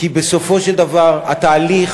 כי בסופו של דבר התהליך,